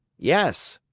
yes,